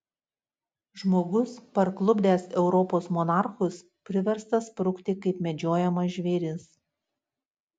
žmogus parklupdęs europos monarchus priverstas sprukti kaip medžiojamas žvėris